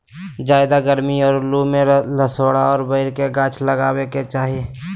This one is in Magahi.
ज्यादे गरमी और लू में लसोड़ा और बैर के गाछ लगावे के चाही